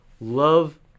love